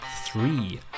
three